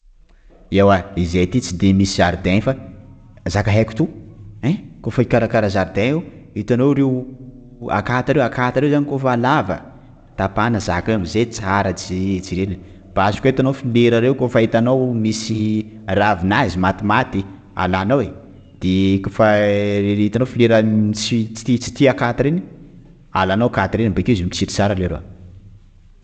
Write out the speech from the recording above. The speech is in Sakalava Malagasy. Ewa zahay aty tsy de misy jardin fa zaka haiko to, ein! _x000D_ Itanao kôfa hikarakara jardin itanao reo akata reo? _x000D_ Akata reo zany kôfa lava, tapahana zaka io amin'izay tsara je-jerena basy koa hitanao folera reo koafa misy ravinazy matimaty alanao e! _x000D_ De kôfa itanao folera tsy tia akata reny, alanao akata reo bakeo izy mitsiry tsara leroa.